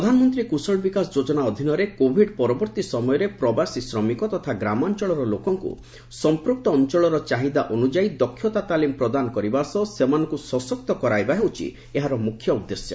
ପ୍ରଧାନମନ୍ତ୍ରୀ କୁଶଳ ବିକାଶ ଯୋଜନା ଅଧୀନରେ କୋଭିଡ୍ ପରବର୍ତ୍ତୀ ସମୟରେ ପ୍ରବାସୀ ଶ୍ରମିକ ତଥା ଗ୍ରାମାଞଳର ଲୋକଙ୍କୁ ସମ୍ପୁକ୍ତ ଅଞ୍ଚଳର ଚାହିଦା ଅନ୍ୟଯାୟୀ ଦକ୍ଷତା ତାଲିମ୍ ପ୍ରଦାନ କରିବା ସହ ସେମାନଙ୍କୁ ସଶକ୍ତ କରାଇବା ହେଉଛି ଏହାର ମୁଖ୍ୟ ଉଦ୍ଦେଶ୍ୟ